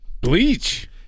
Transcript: Bleach